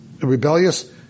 rebellious